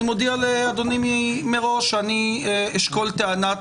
אני מודיע לאדוני מראש שאני אשקול טענת